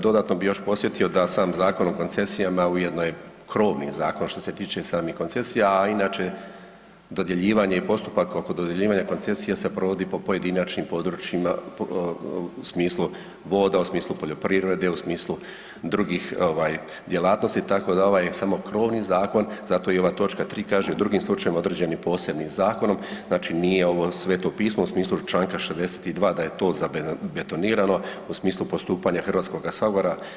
Dodatno bih još podsjetio da sam Zakon o koncesijama ujedno je krovni zakon što se tiče samih koncesija, a inače dodjeljivanje i postupak oko dodjeljivanja koncesija se provodi po pojedinačnim područjima u smislu voda, u smislu poljoprivrede, u smislu drugih ovaj djelatnosti tako da ovaj samo krovni zakon, zato i ova točka 3. kaže u drugim slučajevima određenim posebnim zakonom, znači nije ovo sveto pismo u Članka 62. da je to zabetonirano u smislu postupanja Hrvatskoga sabora.